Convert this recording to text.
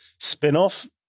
spinoff